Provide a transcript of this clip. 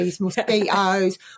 mosquitoes